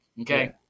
Okay